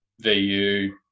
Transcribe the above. VU